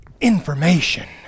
information